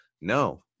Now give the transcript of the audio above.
No